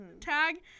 tag